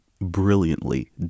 brilliantly